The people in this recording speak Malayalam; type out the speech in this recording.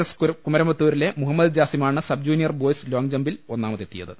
എസ് കുമരംപുത്തൂരിലെ മുഹമ്മദ് ജാസിം ആണ് സബ്ജൂനിയർ ബോയ്സ് ലോങ്ജമ്പിൽ ഒന്നാമതെത്തിയത്